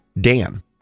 dan